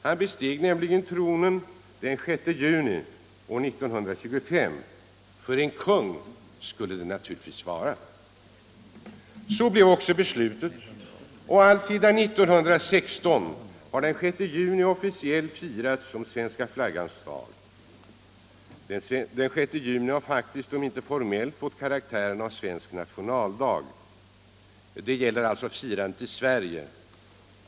Han besteg nämligen tronen den 6 juni år 1523 och en kung skulle det naturligtvis vara. Så blev också beslutet. Alltsedan år 1916 har den 6 juni officiellt firats som svenska flaggans dag. Den 6 juni har faktiskt om än inte formellt fått karaktären av svensk nationaldag. Det gäller alltså firandet i Sverige.